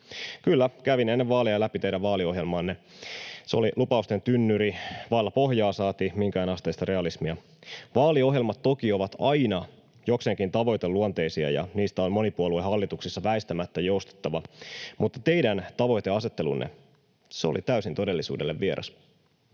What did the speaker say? Kyllä, kävin ennen vaaleja läpi teidän vaaliohjelmaanne. Se oli lupausten tynnyri vailla pohjaa saati minkäänasteista realismia. Vaaliohjelmat toki ovat aina jokseenkin tavoiteluonteisia, ja niistä on monipuoluehallituksessa väistämättä joustettava, mutta teidän tavoiteasettelunne, se oli täysin todellisuudelle vieras.